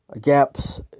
Gaps